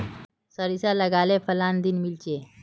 सारिसा लगाले फलान नि मीलचे?